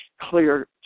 clear